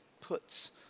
puts